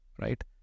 right